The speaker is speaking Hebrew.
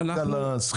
רק בגלל השכירים.